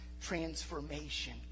transformation